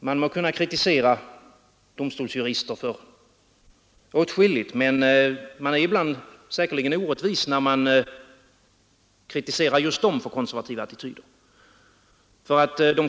Man må kritisera domstolsjurister för åtskilligt, men man är ibland säkerligen orättvis när man kritiserar just dem för konservativa attityder.